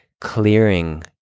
clearing